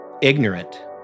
ignorant